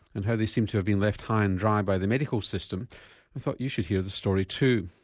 and how they seem to have been left high and dry by the medical system, i thought you should hear the story too.